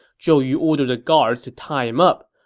zhou yu ordered the guards to tie him up.